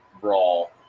Brawl